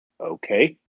Okay